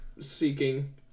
seeking